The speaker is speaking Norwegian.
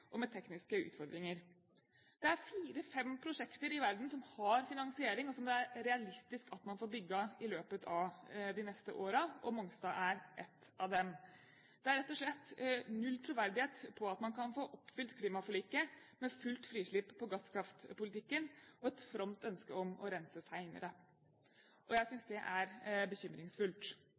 gjør, med kostnadsoverskridelser og med tekniske utfordringer. Det er fire–fem prosjekter i verden som har finansiering, og som det er realistisk at man får bygd i løpet av de neste årene. Mongstad er et av dem. Det er rett og slett null troverdighet i at man kan få oppfylt klimaforliket med fullt frislipp for gasskraftpolitikken og et fromt ønske om å rense senere. Jeg synes det er bekymringsfullt.